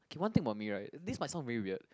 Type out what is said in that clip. okay one thing about me right this might sound very weird